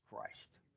Christ